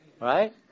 right